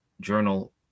journal